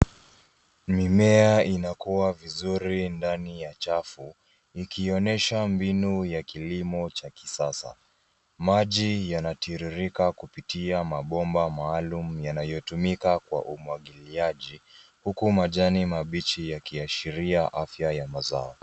Mimea inakua vizuri ndani ya chafu, ikionyesha mbinu ya kilimo cha kisasa. Maji yanatiririka kupitia mabomba maalum yanayotumika kwa umwagiliaji, huku majani mabichi yakiashiria afya ya mazao.